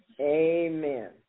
Amen